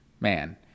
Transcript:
man